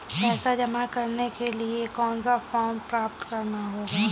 पैसा जमा करने के लिए कौन सा फॉर्म प्राप्त करना होगा?